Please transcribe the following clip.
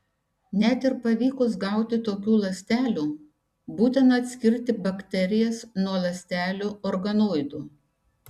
net ir pavykus gauti tokių ląstelių būtina atskirti bakterijas nuo ląstelių organoidų